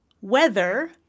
weather